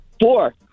Four